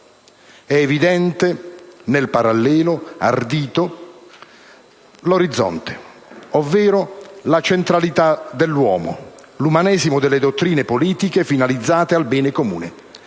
È evidente, nel parallelo ardito, l'orizzonte, ovvero la centralità dell'uomo, l'umanesimo delle dottrine politiche finalizzate al bene comune.